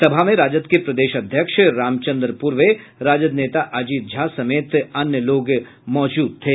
सभा में राजद के प्रदेश अध्यक्ष रामचन्द्र पूर्वे राजद नेता अजित झा समेत अन्य गणमान्य लोग मौजूद थे